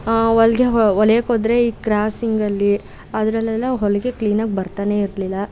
ಹೊಲ್ಗೆ ಹೊಲಿಯಕ್ಕೋದ್ರೆ ಈ ಕ್ರಾಸಿಂಗಲ್ಲಿ ಅದರಲ್ಲೆಲ್ಲಾ ಹೊಲಿಗೆ ಕ್ಲೀನಾಗಿ ಬರ್ತಾನೇ ಇರಲಿಲ್ಲ